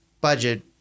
budget